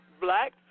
Black